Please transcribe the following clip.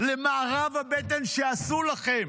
נפלתם למארב הבטן שעשו לכם,